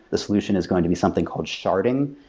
the solution is going to be something called sharding.